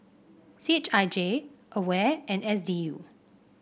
C H I J Aware and S D U